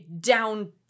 down